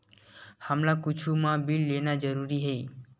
हमला कुछु मा बिल लेना जरूरी हे?